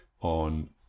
on